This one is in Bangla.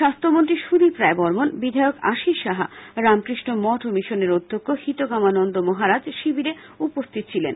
স্বাস্থ্যমন্ত্রী সুদীপ রায় বর্মন বিধায়ক আশীষ সাহা রামকৃষ্ণ মঠ ও মিশনের অধ্যক্ষ হিতকামানন্দ মহারাজ শিবিরে উপস্থিত ছিলেন